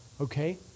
okay